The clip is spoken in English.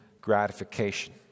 gratification